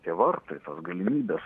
tie vartai tos galimybės